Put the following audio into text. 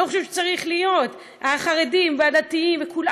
אני לא חושבת שזה צריך להיות: החרדים והדתיים וכולם,